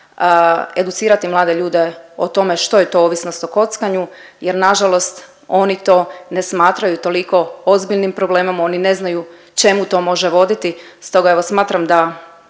educirati mlade ljude o tome što je to ovisnost o kockanju jer nažalost oni to ne smatraju toliko ozbiljnim problemom, oni ne znaju čemu to može voditi. Stoga evo smatram da